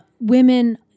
women